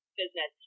business